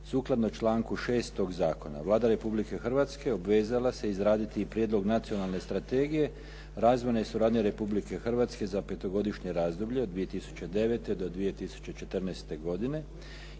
Sukladno članku 6. tog zakona, Vlada Republike Hrvatske obvezala se izraditi Prijedlog nacionalne strategije razvojne suradnje Republike Hrvatske za petogodišnje razdoblje, do 2009. do 2014. godine